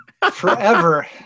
Forever